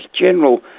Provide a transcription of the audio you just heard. general